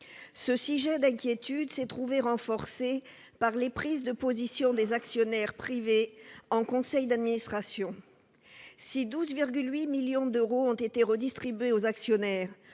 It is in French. Ce sujet d'inquiétude s'est trouvé renforcé par les prises de position des actionnaires privés en conseil d'administration. Si 12,8 millions d'euros ont été redistribués aux actionnaires